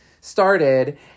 started